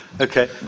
okay